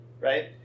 right